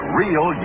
real